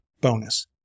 bonus